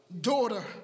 daughter